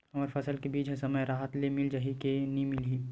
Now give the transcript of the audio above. हमर फसल के बीज ह समय राहत ले मिल जाही के नी मिलही?